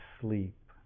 sleep